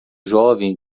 jovem